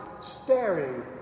staring